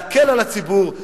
להקל על הציבור,